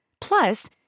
Plus